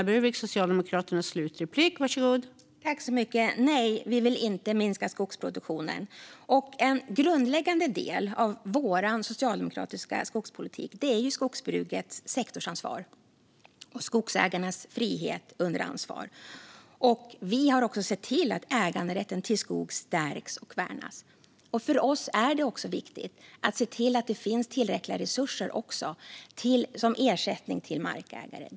Fru talman! Nej, vi vill inte minska skogsproduktionen. En grundläggande del av vår socialdemokratiska skogspolitik är skogsbrukets sektorsansvar och skogsägarnas frihet under ansvar. Vi har också sett till att äganderätten till skog stärks och värnas, och för oss är det även viktigt att se till att det finns tillräckliga resurser för ersättning till markägare.